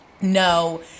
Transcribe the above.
No